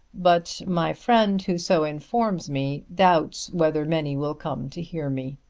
but my friend who so informs me doubts whether many will come to hear me.